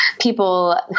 people